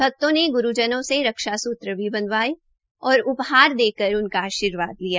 भक्तों ने ग्रूजनों से रक्षा सूत्र भी बंधवाये और उपहार देकर उनका आर्शीवाद लिया